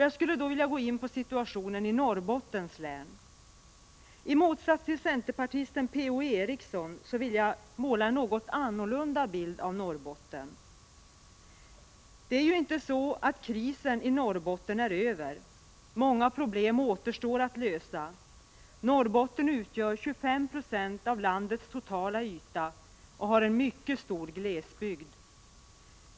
Jag vill ta upp situationen i Norrbottens län, men vill måla en bild av Norrbotten som är något annorlunda än den som gavs av centerpartisten Per-Ola Eriksson. Det är inte så att krisen i Norrbotten är över. Många problem återstår att lösa. Norrbotten utgör 25 90 av landets totala yta och har en mycket stor glesbygd.